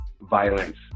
violence